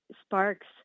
sparks